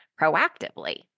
proactively